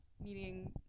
meeting